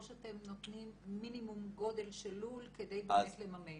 או שאתם נותנים מינימום גודל של לול כדי באמת לממן?